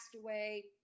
away